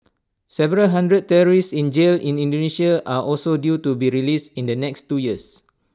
several hundred terrorists in jail in Indonesia are also due to be released in the next two years